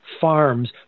farm's